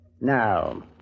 Now